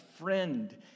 friend